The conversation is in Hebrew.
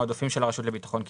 מהעודפים של הרשות לביטחון קהילתי.